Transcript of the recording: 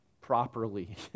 properly